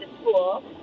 school